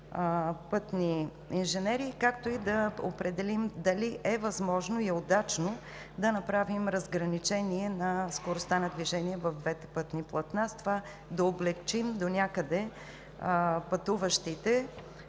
пътни инженери, както и да определим дали е възможно и удачно да направим разграничение на скоростта на движение в двете пътни платна, с което да облекчим донякъде пътуващите